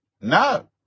No